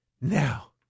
now